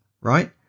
right